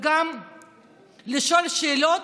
ולשאול שאלות,